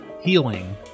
healing